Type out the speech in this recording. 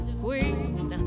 queen